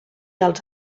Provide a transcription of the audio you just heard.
els